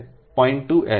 0